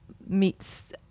meets